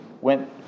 went